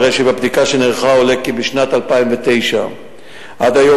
הרי שמבדיקה שנערכה עולה כי משנת 2009 עד היום